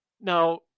Now